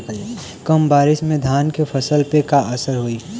कम बारिश में धान के फसल पे का असर होई?